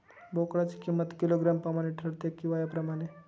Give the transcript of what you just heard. बोकडाची किंमत किलोग्रॅम प्रमाणे ठरते कि वयाप्रमाणे?